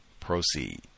Proceed